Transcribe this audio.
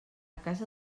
casa